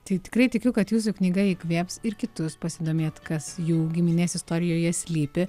tai tikrai tikiu kad jūsų knyga įkvėps ir kitus pasidomėt kas jų giminės istorijoje slypi